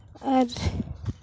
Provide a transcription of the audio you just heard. ᱟᱨ